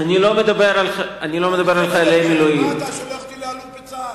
מה אתה שולח אותי לאלוף בצה"ל,